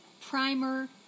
primer